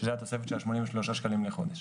שזה התוספת של ה-83 שקלים לחודש.